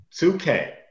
2k